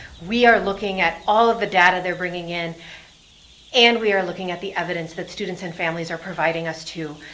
we are looking at all of the data they're bringing in and we are looking at the evidence that students and families are providing us to,